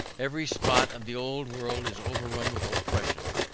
every spot of the old world is overrun with oppression.